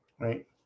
Right